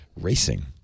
racing